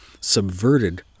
subverted